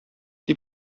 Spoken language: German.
die